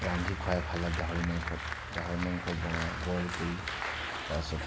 ৰান্ধি খুৱাই ভাল লাগে গাহৰি মাংস গাহৰি মাংস বনাই বইল কৰি তাৰ পিছত